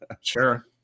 sure